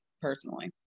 personally